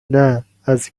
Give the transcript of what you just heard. نه، از